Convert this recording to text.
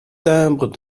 timbre